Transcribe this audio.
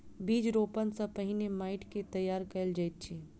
बीज रोपण सॅ पहिने माइट के तैयार कयल जाइत अछि